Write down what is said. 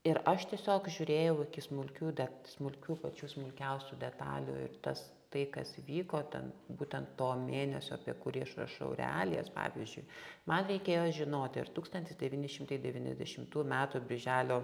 ir aš tiesiog žiūrėjau iki smulkių det smulkių pačių smulkiausių detalių ir tas tai kas vyko ten būtent to mėnesio apie kurį aš rašau realijas pavyzdžiui man reikėjo žinoti ar tūkstantis devyni šimtai devyniasdešimtų metų biželio